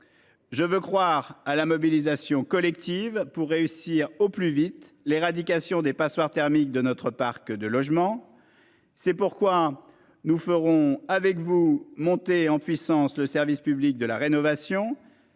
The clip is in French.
Je veux croire à la mobilisation collective, pour réussir au plus vite l'éradication des passoires thermiques de notre parc de logements. C'est pourquoi nous ferons avec vous monter en puissance le service public de la rénovation.